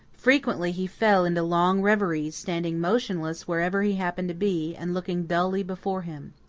frequently he fell into long reveries, standing motionless wherever he happened to be, and looking dully before him.